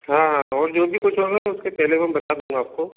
हाँ हाँ और जो भी कुछ होगा उसके पहले मैं बता दूंगा आपको